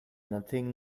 nothing